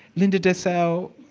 linda dessau,